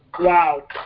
Wow